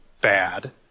bad